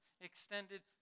extended